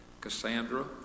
Cassandra